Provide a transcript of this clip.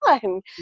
one